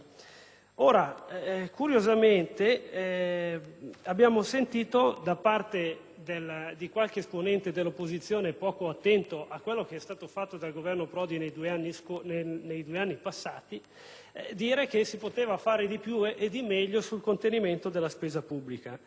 Ora, curiosamente, abbiamo sentito dire da parte di qualche esponente dell'opposizione, poco attento a quanto è stato fatto dal Governo Prodi nei due anni passati, che si poteva fare di più e meglio sul fronte del contenimento della spesa pubblica.